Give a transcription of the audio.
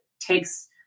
takes –